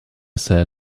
said